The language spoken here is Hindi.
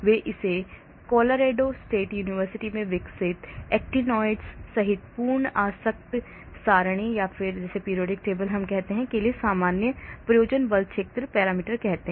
वे इसे Colorado State University में विकसित एक्टिनोइड्स सहित पूर्ण आवर्त सारणी के लिए सामान्य प्रयोजन बल क्षेत्र पैरामीटर कहते हैं